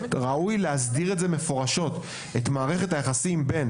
ראוי להסדיר מפורשות את מערכת היחסים בין